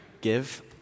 give